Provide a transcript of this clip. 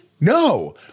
No